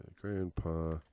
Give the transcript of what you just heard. grandpa